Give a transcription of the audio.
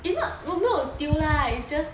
it's not 我没有丢 lah it's just